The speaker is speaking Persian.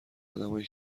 آدمایی